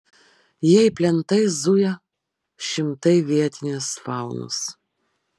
jei plentais zuja šimtai vietinės faunos